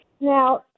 Now